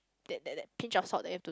that that that pinch of salt that you have to